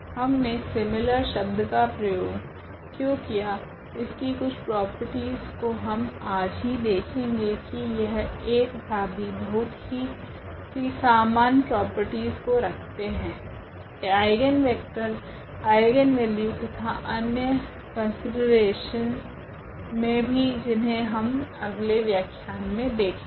हमने सीमिलर शब्द का प्रयोग क्यो किया इसकी कुछ प्रॉपर्टीस को हम आज ही देखेगे की यह A तथा B बहुत सी समान प्रॉपर्टीस को रखते है आइगनवेक्टर आइगनवेल्यू तथा अन्य कोंसिडरेशनस मे भी जिनहे हम अलगले व्याख्यान मे देखेगे